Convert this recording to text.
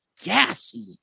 gassy